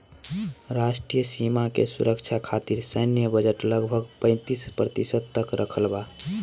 राष्ट्रीय सीमा के सुरक्षा खतिर सैन्य बजट लगभग पैंतीस प्रतिशत तक रखल बा